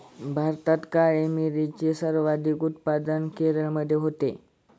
भारतात काळी मिरीचे सर्वाधिक उत्पादन केरळमध्ये होते